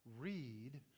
read